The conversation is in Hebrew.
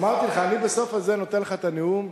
אמרתי לך, אני בסוף נותן לך את הנאום,